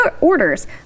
orders